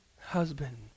husband